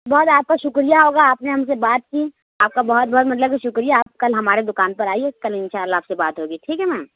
بہت آپ کا شُکریہ ہوگا آپ نے ہم سے بات کی آپ کا بہت بہت مطلب کہ شُکریہ آپ کل ہماری دُکان پر آئیے کل اِنشاء اللہ آپ سے بات ہوگی ٹھیک ہے نا